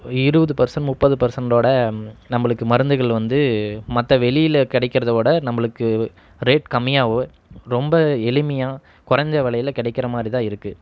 இருபது பர்செண்ட் முப்பது பர்செண்ட்டோட நம்மளுக்கு மருந்துகள் வந்து மற்ற வெளியில கிடைக்கிறதவிட நம்மளுக்கு ரேட் கம்மியாகவோ ரொம்ப எளிமையாக குறஞ்ச வெலையில கிடைக்கிற மாதிரிதான் இருக்குது